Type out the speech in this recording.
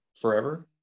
forever